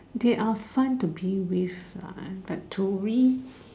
they are fun to be with ah but to we